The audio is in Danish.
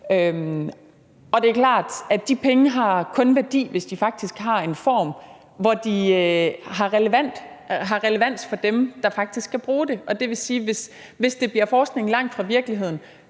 Det er klart, at de penge kun har værdi, hvis det har en form, hvor det har relevans for dem, der faktisk skal bruge det. Og det vil sige, at hvis det bliver forskning langt fra virkeligheden,